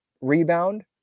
rebound